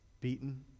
beaten